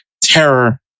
terror